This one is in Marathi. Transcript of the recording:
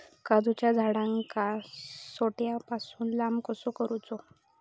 काजूच्या झाडांका रोट्या पासून लांब कसो दवरूचो?